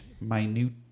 minute